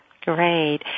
Great